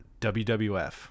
WWF